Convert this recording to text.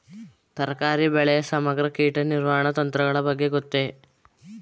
ತರಕಾರಿ ಬೆಳೆಯ ಸಮಗ್ರ ಕೀಟ ನಿರ್ವಹಣಾ ತಂತ್ರಗಳ ಬಗ್ಗೆ ಗೊತ್ತೇ?